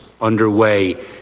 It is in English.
underway